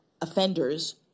offenders